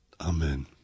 Amen